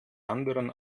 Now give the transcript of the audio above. anderen